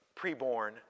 preborn